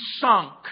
sunk